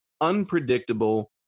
unpredictable